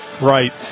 Right